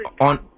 on